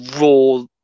raw